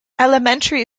elementary